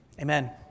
Amen